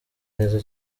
neza